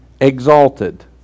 exalted